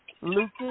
Lucas